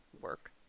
work